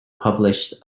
published